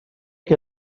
que